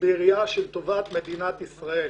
בראייה של טובת מדינת ישראל,